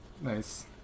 nice